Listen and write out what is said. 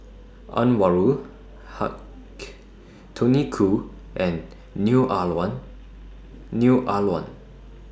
Anwarul Haque Tony Khoo and Neo Ah Luan